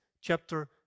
chapter